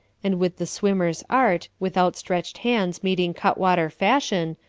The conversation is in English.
and with the swimmer's art, with outstretched hands meeting cutwater fashion,